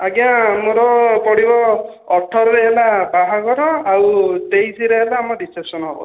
ଆଜ୍ଞା ଆମର ପଡ଼ିବ ଅଠରରେ ହେଲା ବାହାଘର ଆଉ ତେଇଶିରେ ହେଲା ଆମ ରିସେପ୍ସନ୍ ହେବ